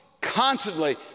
constantly